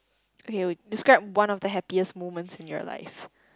okay describe one of the happiest moments in your life